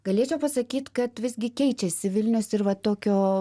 galėčiau pasakyt kad visgi keičiasi vilnius ir va tokio